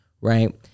right